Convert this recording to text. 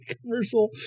commercial